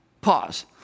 pause